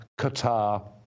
Qatar